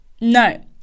no